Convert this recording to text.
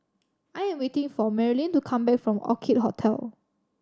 I am waiting for Marylyn to come back from Orchid Hotel